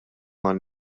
man